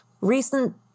recent